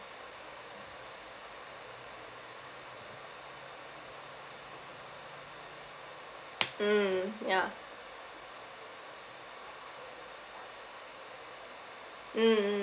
mm ya mm mm